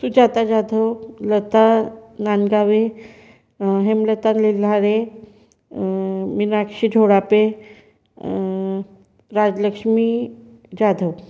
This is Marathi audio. सुजाता जाधव लता नांदगावे हेमलता निर्धारे मीनाक्षी झोडापे राजलक्ष्मी जाधव